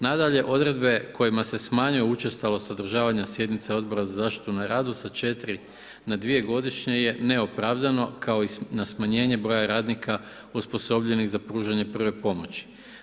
Nadalje, odredbe kojima se smanjuje učestalost održavanja sjednica Odbora za zaštitu na radu sa 4 na 2 godišnje je neopravdano, kao i na smanjenje broja radnika osposobljenih za pružanje prve pomoći.